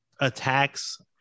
attacks